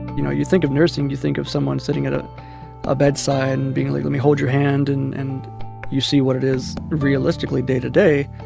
you know you think of nursing, you think of someone sitting at a ah bedside and being, like, let me hold your hand. and and you see what it is realistically day to day.